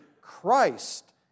Christ